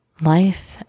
life